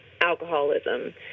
alcoholism